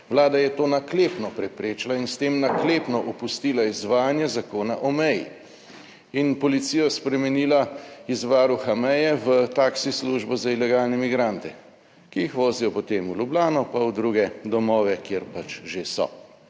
Vlada je to naklepno preprečila in s tem naklepno opustila izvajanje Zakona o meji in policijo spremenila iz varuha meje v taksi službo za ilegalne migrante, ki jih vozijo potem v Ljubljano pa v druge domove, kjer pač že so